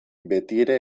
betiere